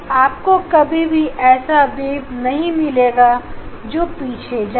आपको कभी भी ऐसी वेब नहीं मिलेगी जो पीछे जाए